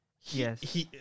Yes